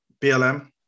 BLM